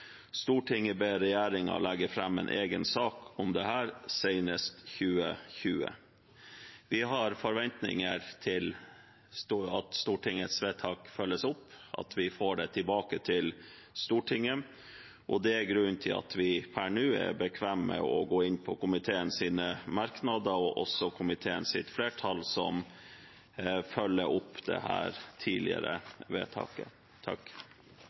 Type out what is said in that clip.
Stortinget ber regjeringen legge fram en egen sak om dette senest i 2020.» Vi har forventninger til at Stortingets vedtak følges opp, og at vi får det tilbake til Stortinget. Det er grunnen til at vi per nå er bekvemme med å gå inn på komiteens merknader og også komiteens flertall, som følger opp dette tidligere vedtaket.